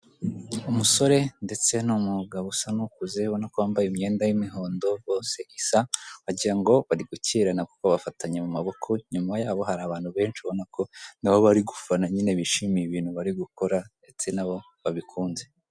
Umusore ndetse n'umugabo usa n'ukuze ubona ko wambaye imyenda y'imihondo bose isa, wagirango bari gukirana kuko bafatanye mu maboko, inyuma yabo hari abantu benshi ubona ko na bo bari gufana nyine bishimiye ibintu bari gukora ndetse na bo babikunze.